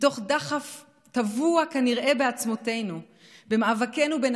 מתוך דחף שכנראה טבוע בעצמותינו במאבקנו בן